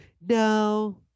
No